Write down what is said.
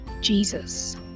Jesus